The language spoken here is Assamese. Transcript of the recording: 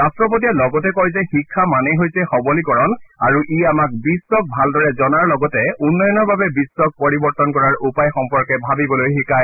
ৰাট্টপতিয়ে লগতে কয় যে শিক্ষা মানেই হৈছে সৱলীকৰণ আৰু ই আমাক বিশ্বক ভালদৰে জনাৰ লগতে উন্নয়ণৰ বাবে বিশ্বক পৰিৱৰ্তন কৰা উপায় সম্পৰ্কে ভাবিবলৈ শিকায়